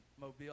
Mobile